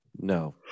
No